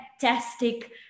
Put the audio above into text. fantastic